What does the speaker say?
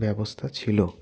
ব্যবস্থা ছিলো